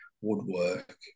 woodwork